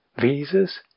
visas